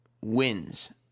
wins—